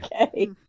Okay